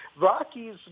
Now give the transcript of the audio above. Rockies